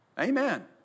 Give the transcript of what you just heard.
Amen